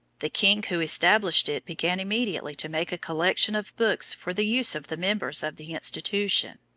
the king who established it began immediately to make a collection of books for the use of the members of the institution.